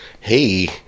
hey